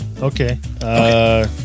okay